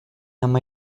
ama